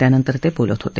त्यानंतर ते बोलत होते